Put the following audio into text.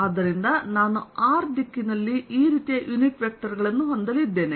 ಆದ್ದರಿಂದ ನಾನು r ದಿಕ್ಕಿನಲ್ಲಿ ಈ ರೀತಿಯ ಯುನಿಟ್ ವೆಕ್ಟರ್ಗಳನ್ನು ಹೊಂದಲಿದ್ದೇನೆ